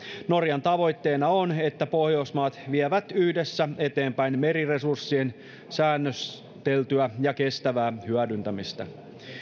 norjan tavoitteena on että pohjoismaat vievät yhdessä eteenpäin meriresurssien säännösteltyä ja kestävää hyödyntämistä